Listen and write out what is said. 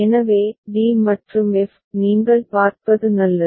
எனவே d மற்றும் f நீங்கள் பார்ப்பது நல்லது